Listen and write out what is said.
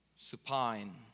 Supine